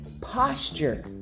posture